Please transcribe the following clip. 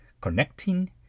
connecting